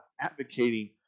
advocating